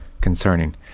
concerning